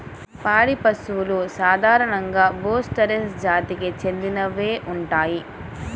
పాడి పశువులు సాధారణంగా బోస్ టారస్ జాతికి చెందినవే ఉంటాయి